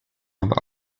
aber